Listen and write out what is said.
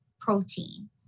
protein